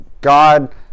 God